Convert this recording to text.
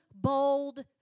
bold